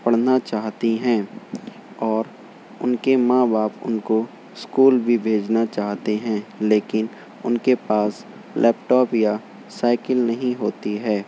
پڑھنا چاہتی ہیں اور ان کے ماں باپ ان کو اسکول بھی بھیجنا چاہتے ہیں لیکن ان کے پاس لیپ ٹاپ یا سائیکل نہیں ہوتی ہے